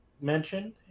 mentioned